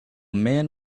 man